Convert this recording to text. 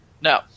No